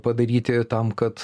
padaryti tam kad